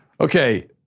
Okay